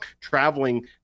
traveling